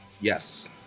yes